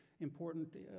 important